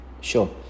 Sure